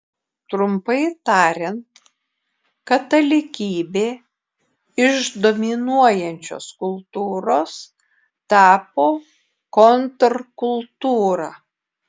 trumpai tariant katalikybė iš dominuojančios kultūros tapo kontrkultūra